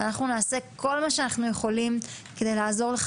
אנחנו נעשה כל מה שאנחנו יכולים כדי לעזור לך